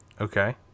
Okay